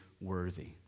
worthy